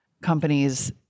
companies